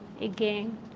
again